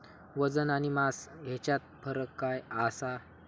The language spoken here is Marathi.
वजन आणि मास हेच्यात फरक काय आसा?